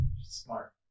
smart